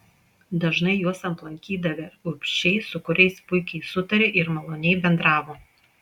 dažnai juos aplankydavę urbšiai su kuriais puikiai sutarė ir maloniai bendravo